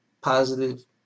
positive